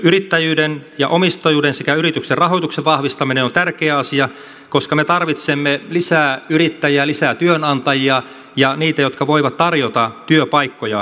yrittäjyyden ja omistajuuden sekä yrityksen rahoituksen vahvistaminen on tärkeä asia koska me tarvitsemme lisää yrittäjiä lisää työnantajia ja niitä jotka voivat tarjota työpaikkoja